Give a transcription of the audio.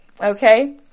Okay